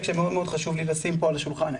שמאוד מאוד חשוב לי לשים פה על השולחן היום.